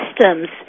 systems